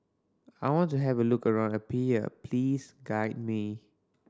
I want to have a look around Apia please guide me